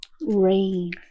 rain